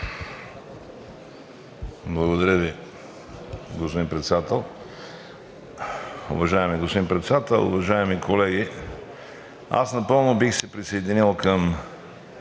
Благодаря, господин Председател. Уважаеми господин Председател, уважаеми колеги! Напълно бих се присъединил към